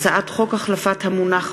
הצעת חוק סיוע לניצולי שואה (הוראת